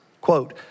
Quote